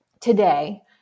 today